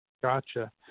Gotcha